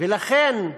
לכן,